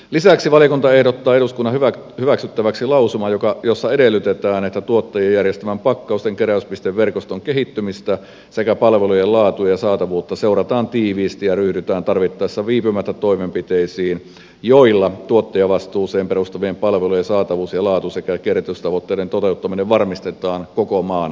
lisäksi valiokunta ehdottaa eduskunnan hyväksyttäväksi lausumaa jossa edellytetään että tuottajien järjestämän pakkausten keräyspisteverkoston kehittymistä sekä palvelujen laatua ja saatavuutta seurataan tiiviisti ja ryhdytään tarvittaessa viipymättä toimenpiteisiin joilla tuottajavastuuseen perustuvien palvelujen saatavuus ja laatu sekä kierrätystavoitteiden toteuttaminen varmistetaan koko maan alueella